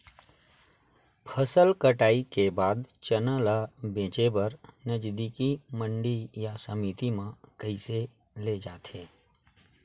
फसल कटाई के बाद चना ला बेचे बर नजदीकी मंडी या समिति मा कइसे ले जाथे?